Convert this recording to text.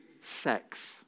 sex